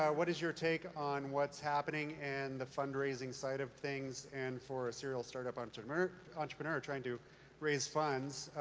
what is your take on what's happening and the fund raising side of things and for a serial startup entrepreneur entrepreneur trying to raise funds,